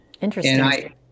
interesting